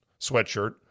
sweatshirt